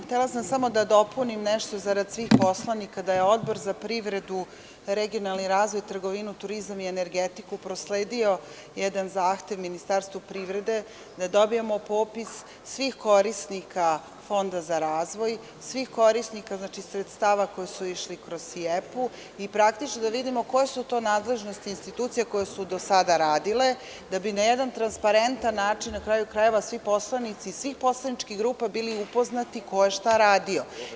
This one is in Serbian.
Htela sam samo da dopunim nešto zarad svih poslanika da je Odbor za privredu, regionalni razvoj, trgovinu, turizam i energetiku prosledio jedan zahtev Ministarstvu privrede da dobijemo popis svih korisnika Fonda za razvoj, svih korisnika sredstava koji su išli kroz SIEP-u i da vidimo koje su to nadležnosti institucija koje su do sada radile da bi na jedan transparentan način poslanici svih poslaničkih grupa bili upoznati ko je šta radio.